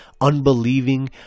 unbelieving